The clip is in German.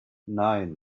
nein